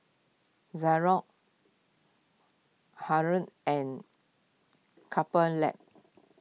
and Couple Lab